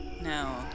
No